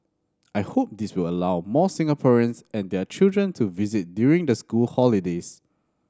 I hope this will allow more Singaporeans and their children to visit during the school holidays